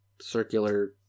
circular